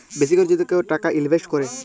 বেশি ক্যরে যদি কেউ টাকা ইলভেস্ট ক্যরে